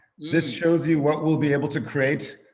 this shows you what we'll be able to create.